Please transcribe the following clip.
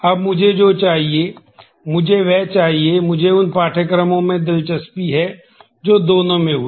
अब मुझे जो चाहिए मुझे वह चाहिए मुझे उन पाठ्यक्रमों में दिलचस्पी है जो दोनों में हुए